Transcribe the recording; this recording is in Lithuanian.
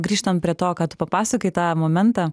grįžtam prie to ką papasakojai tą momentą